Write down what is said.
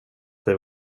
det